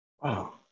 Wow